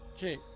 Okay